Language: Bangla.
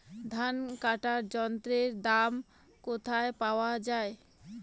ধান কাটার যন্ত্রের দাম কোথায় পাওয়া যায়?